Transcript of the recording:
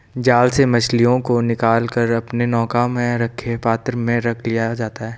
जाल से मछलियों को निकाल कर अपने नौका में रखे पात्र में रख लिया जाता है